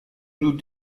nous